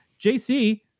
JC